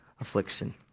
affliction